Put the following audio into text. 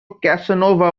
casanova